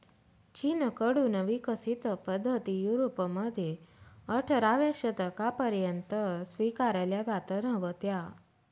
चीन कडून विकसित पद्धती युरोपमध्ये अठराव्या शतकापर्यंत स्वीकारल्या जात नव्हत्या